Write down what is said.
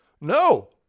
No